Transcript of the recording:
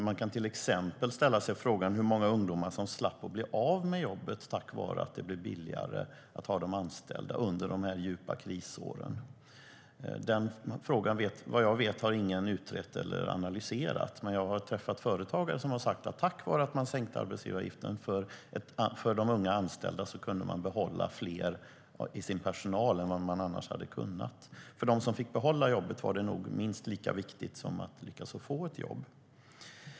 Man kan till exempel ställa frågan hur många ungdomar som slapp att bli av med jobbet tack vare att det blev billigare att ha dem anställda under dessa djupa krisår. Vad jag vet har ingen utrett eller analyserat den frågan. Men jag har träffat företagare som har sagt att tack vare att man sänkte arbetsgivaravgiften för de unga anställda kunde de behålla fler i sin personal än vad de annars hade kunnat. För dem som fick behålla jobbet var det nog minst lika viktigt som att lyckas få ett jobb.